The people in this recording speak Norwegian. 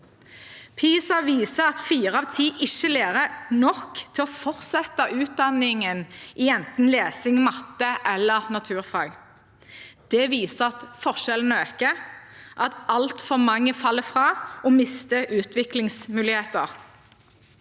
PISA viser at fire av ti ikke lærer nok til å fortsette utdanningen i enten lesing, matte eller naturfag. Det viser at forskjellene øker, at altfor mange faller fra og mister utviklingsmuligheter.